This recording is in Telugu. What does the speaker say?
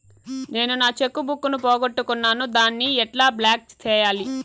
నేను నా చెక్కు బుక్ ను పోగొట్టుకున్నాను దాన్ని ఎట్లా బ్లాక్ సేయాలి?